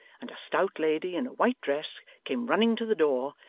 and a stout lady in a white dress came running to the door,